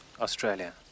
australia